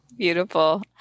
Beautiful